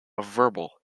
verbal